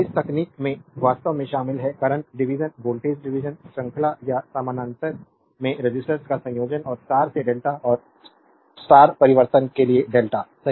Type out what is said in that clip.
इस तकनीक में वास्तव में शामिल हैं करंट डिवीजन वोल्टेज डिवीजन श्रृंखला या समानांतर में रेसिस्टर्स का संयोजन और स्टार से डेल्टा और स्टार परिवर्तन के लिए डेल्टा सही